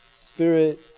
spirit